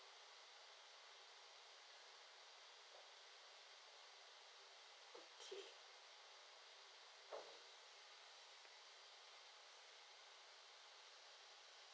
okay